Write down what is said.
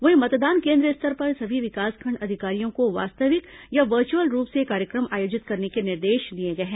वहीं मतदान केन्द्र स्तर पर सभी विकासखंड अधिकारियों को वास्तवित या वर्चुअल रूप से कार्यक्रम आयोजित करने के निर्देश दिए गए हैं